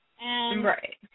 Right